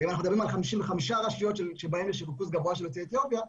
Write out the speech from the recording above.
אם אנחנו מדברים על 55 רשויות שבהן יש ריכוז גבוה של יוצאי אתיופיה,